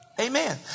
Amen